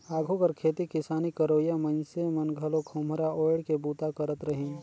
आघु कर खेती किसानी करोइया मइनसे मन घलो खोम्हरा ओएढ़ के बूता करत रहिन